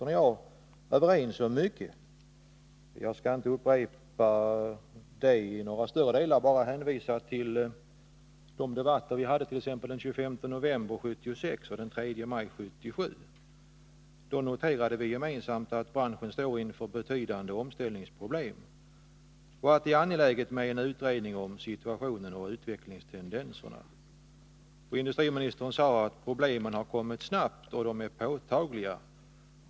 Jag skall emellertid inte i någon större utsträckning upprepa vad vi var överens om utan bara hänvisa till de debatter vi hade, t.ex. den 25 november 1976 och den 3 maj 1977. Då noterade vi gemensamt att branschen stod inför betydande omställningsproblem och att det var angeläget med en utredning om situationen och utvecklingstendenserna. Industriministerna sade att problemen kommit snabbt och att de var påtagliga.